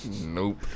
Nope